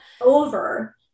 over